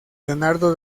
leonardo